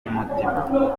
z’umutima